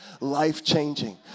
life-changing